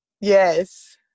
Yes